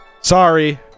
Sorry